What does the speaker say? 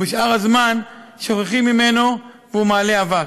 ובשאר הזמן שוכחים ממנו והוא מעלה אבק,